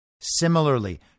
Similarly